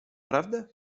prawdę